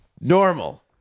NORMAL